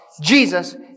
Jesus